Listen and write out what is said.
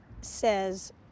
says